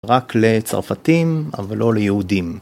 רק לצרפתים, אבל לא ליהודים.